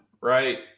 right